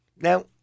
Now